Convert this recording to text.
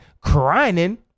crying